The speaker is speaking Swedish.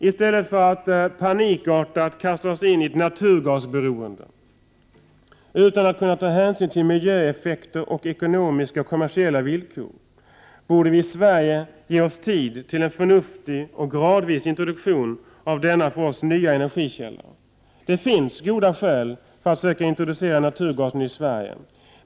I stället för att panikartat kasta oss in i ett naturgasberoende — utan att kunna ta hänsyn till miljöeffekter och ekonomiska och kommersiella villkor — borde vi i Sverige ge oss tid till en förnuftig och gradvis introduktion av denna för oss nya energikälla. Det finns goda skäl för att söka introducera naturgasen i Sverige.